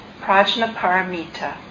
Prajnaparamita